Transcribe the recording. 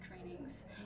trainings